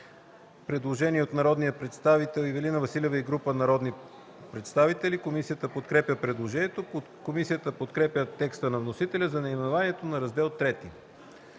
Предложение на народния представител Ивелина Василева и група народни представители. Комисията подкрепя предложението. Комисията подкрепя текста на вносителя за наименованието на Раздел